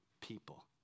people